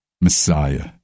Messiah